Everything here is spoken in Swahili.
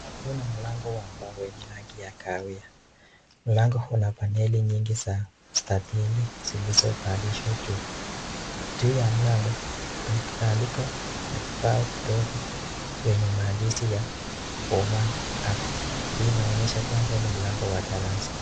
Huu ni mlango wa mbao wenye rangi ya kahawia. Mlango huu una paneli nyingi za mstatili zilizopandishwa juu. Juu ya mlango kuna kibandiko na kibao kidogo wenye maandishi ya form one A, hii inaonysha kwamba ni mlango wa darasa.